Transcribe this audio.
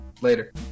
Later